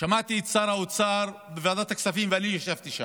שמעתי את שר האוצר בוועדת הכספים, אני ישבתי שם.